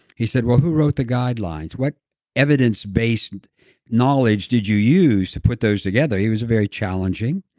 he said, well, who wrote the guidelines? what evidence-based knowledge did you use to put those together? he was very challenging.